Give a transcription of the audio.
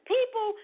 People